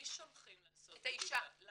את מי שולחים לעשות בדיקה גנטית?